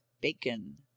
bacon